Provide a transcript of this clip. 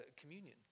communion